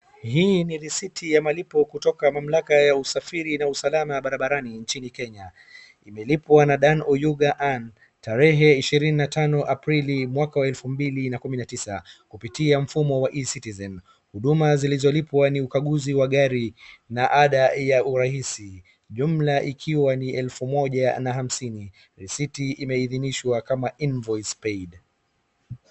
Hii ni risiti ya malipo kutoka mamlaka ya usafiri na usalama barabarani nchini Kenya. Imelipwa na Dan Oyuga Anne terehe ishirini na tano Aprili mwaka wa elfu mbili na kumi na tisa, kupitia mfumo wa e-citizen . Huduma zilizolipwa ni ukaguzi wa gari na ada ya urahisi, jumla ikiwa elfu moja na hamsini. Risiti imeidhinishwa kama invoice paid .